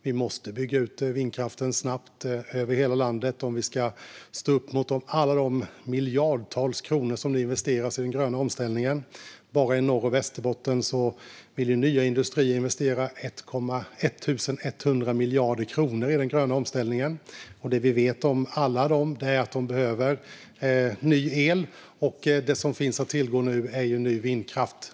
Vi måste bygga ut vindkraften snabbt över hela landet om vi ska svara upp mot alla de miljardtals kronor som nu investeras i den gröna omställningen. Bara i Norrbotten och Västerbotten vill ju nya industrier investera 1 100 miljarder kronor i den gröna omställningen. Det vi vet om alla dessa industrier är att de behöver ny el, och det som finns att tillgå nu är ny vindkraft.